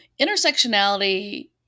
Intersectionality